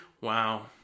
Wow